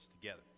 together